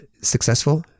successful